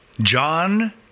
John